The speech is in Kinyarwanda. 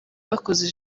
bakoze